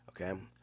okay